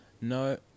no